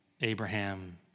Abraham